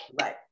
Right